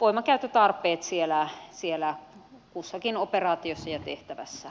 voimankäyttötarpeet siellä kussakin operaatiossa ja tehtävässä ovat